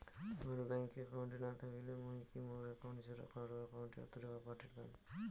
মোর bank account না থাকিলে মুই কি মোর একাউন্ট ছাড়া কারো একাউন্ট অত টাকা পাঠের পাম?